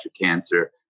cancer